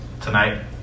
tonight